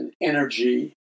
Energy